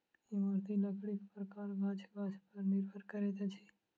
इमारती लकड़ीक प्रकार गाछ गाछ पर निर्भर करैत अछि